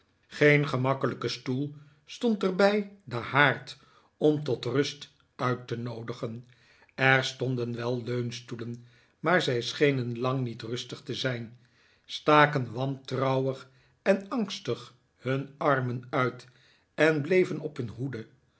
geen gemakkelijke stoel stond er bij den haard om tot rust uit te noodigen er stonden wel leunstoelen maar zij schenen lang niet rustig te zijn staken wantrouwig en angstig hun armen uit en bleven op hun hoede